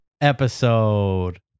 episode